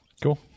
cool